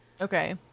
Okay